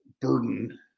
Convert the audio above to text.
burden